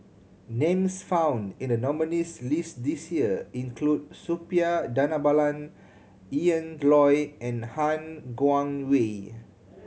names found in the nominees' list this year include Suppiah Dhanabalan Ian Loy and Han Guangwei